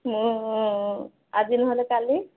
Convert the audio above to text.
ହଁ ଆଜି ନହେଲେ କାଲି